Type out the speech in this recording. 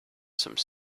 some